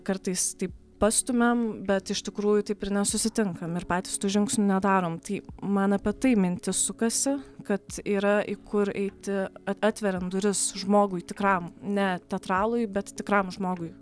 kartais taip pastumiam bet iš tikrųjų taip ir nesusitinkam ir patys tų žingsnių nedarom tai man apie tai mintys sukasi kad yra į kur eiti at atveriam duris žmogui tikram ne teatralui bet tikram žmogui